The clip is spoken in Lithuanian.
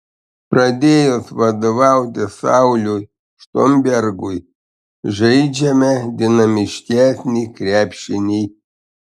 pradėjus vadovauti sauliui štombergui žaidžiame dinamiškesnį krepšinį